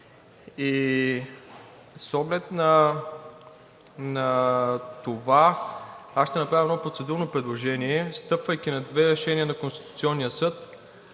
С оглед на това аз ще направя едно процедурно предложение, стъпвайки на две решения на Конституционния съд,